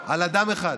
על אדם אחד,